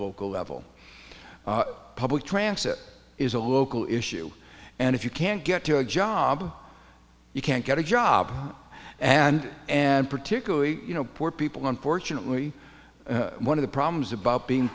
local level public transit is a local issue and if you can't get to a job you can't get a job and and particularly you know poor people unfortunately one of the problems about being